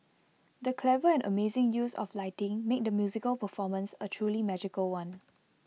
the clever and amazing use of lighting made the musical performance A truly magical one